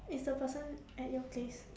is the person at your place